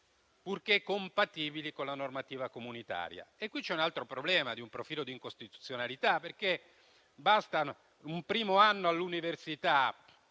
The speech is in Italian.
purché compatibili con la normativa comunitaria. A questo riguardo interviene un altro problema di un profilo di incostituzionalità, perché basta il primo anno all'università,